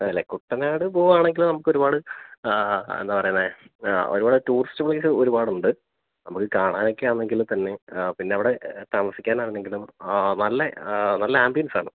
അതെയല്ലേ കുട്ടനാട് പോകുകയാണെങ്കിൽ നമുക്കൊരുപാട് എന്താ പറയുന്നത് ഒരുപാട് ടൂറിസ്റ്റ് പ്ലേസ് ഒരുപാടുണ്ട് നമുക്ക് കാണാനൊക്കെയാണെങ്കിൽ തന്നെയും പിന്നെയവിടെ താമസിക്കാനാന്നെങ്കിലും നല്ല നല്ല ആംബിയൻസാണ്